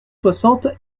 soixante